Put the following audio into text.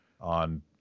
on